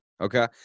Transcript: okay